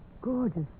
gorgeous